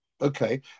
Okay